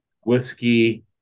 whiskey